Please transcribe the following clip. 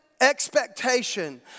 expectation